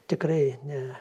tikrai ne